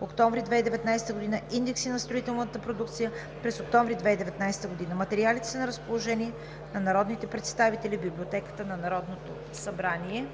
октомври 2019 г.; индекси на строителната продукция през октомври 2019 г. Материалите са на разположение на народните представители в Библиотеката на Народното събрание.